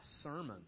sermon